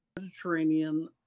Mediterranean